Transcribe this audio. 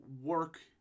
work